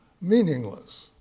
meaningless